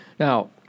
Now